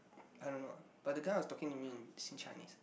I don't know ah but the guys was talking to me in Chinese